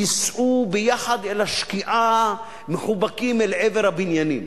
ייסעו ביחד אל השקיעה מחובקים אל עבר הבניינים.